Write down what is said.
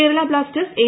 Kerala Blasters A